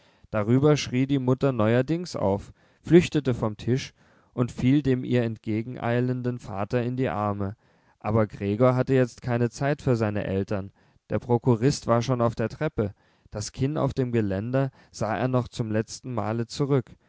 darüber schrie die mutter neuerdings auf flüchtete vom tisch und fiel dem ihr entgegeneilenden vater in die arme aber gregor hatte jetzt keine zeit für seine eltern der prokurist war schon auf der treppe das kinn auf dem geländer sah er noch zum letzten male zurück